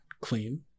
clean